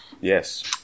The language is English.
yes